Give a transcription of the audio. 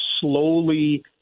slowly